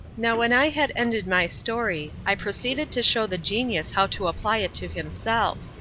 now when i had ended my story, i proceeded to show the genius how to apply it to himself.